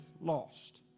lost